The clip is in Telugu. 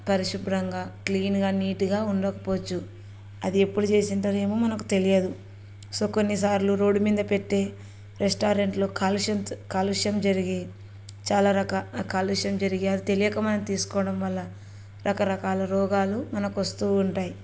పరిశుభ్రంగా క్లీన్గా నీట్గా ఉండకపోవచ్చు అది ఎప్పుడు చేసి ఉంటారేమో మనకు తెలియదు సో కొన్నిసార్లు రోడ్డు మీద పెట్టే రెస్టారెంట్లో కాలుష్యం కాలుష్యం జరిగే చాలా రకా కాలుష్యం జరిగే అది తెలియక మనం తీసుకోవడం వల్ల రకరకాల రోగాలు మనకు వస్తు ఉంటాయి